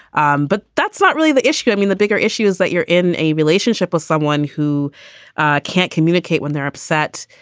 um but that's not really the issue. i mean, the bigger issue is that you're in a relationship with someone who can't communicate when they're upset,